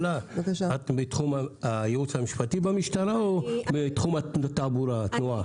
את מתחום הייעוץ המשפטי במשטרה או מתחום התנועה?